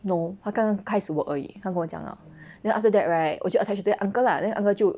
no 他刚刚开始 work 而已他跟我讲 liao then after that right 我就 attached to 这个 uncle lah then uncle 就